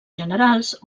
generals